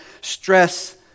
stress